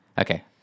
Okay